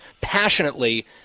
passionately